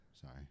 Sorry